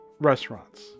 restaurants